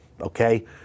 okay